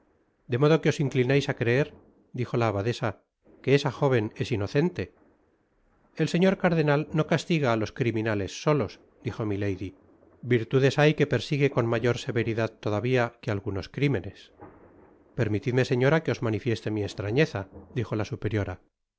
de modo que os inclinais á creer dijo la abadesa que esa jóven es inocente t i t i t i r el señor cardenal no castiga á los criminales solos dijo milady virtudes hay que persigue con mayor severidad todavia que algunos crimenes permitidme señora que os manifieste mi estraseia dijo la superiora